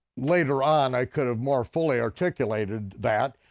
later on i could have more fully articulated that,